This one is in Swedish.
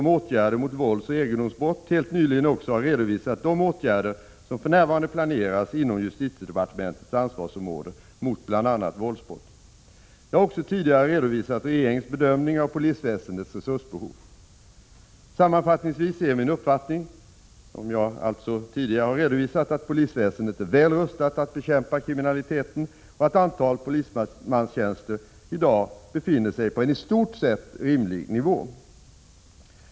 1986/87:21) om åtgärder mot våldsoch egendomsbrott helt nyligen också har redovisat de åtgärder som för närvarande planeras inom justitiedepartementets ansvarsområde mot bl.a. våldsbrott. Jag har också tidigare redovisat regeringens bedömning av polisväsendets resursbehov. Sammanfattningsvis är min uppfattning, som jag alltså tidigare har redovisat, att polisväsendet är väl rustat att bekämpa kriminaliteten och att antalet polismanstjänster i dag befinner sig på en i stort sett rimlig nivå.